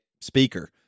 speaker